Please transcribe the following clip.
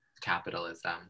Capitalism